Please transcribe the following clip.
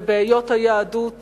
ובהיות היהדות